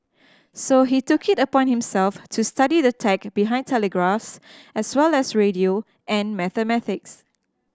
so he took it upon himself to study the tech behind telegraphs as well as radio and mathematics